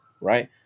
right